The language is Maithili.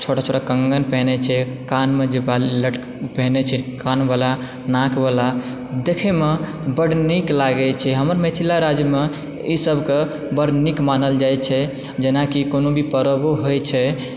छोटा छोटा कंगन पहिनय छै कानमे जे बाली लटकल पहिनय छै कानबला नाकबला देखयमे बड्ड नीक लागैत छै हमर मिथिला राज्यमे ईसभके बड्ड नीक मानल जाइत छै जेनाकि कोनो भी परबो होइत छै